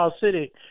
City